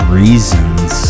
reasons